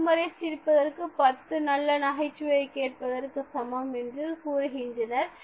நூறு முறை சிரிப்பது பத்து நல்ல நகைச்சுவையை கேட்பதற்கு சமம் என்றும் கூறுகின்றனர்